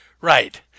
Right